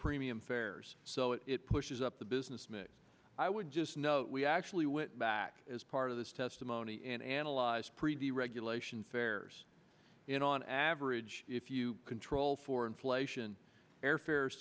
premium fares so it pushes up the business mix i would just note we actually went back as part of this testimony and analyzed pre deregulation fares in on average if you control for inflation airfares